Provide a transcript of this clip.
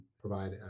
provide